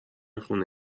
خونه